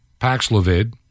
Paxlovid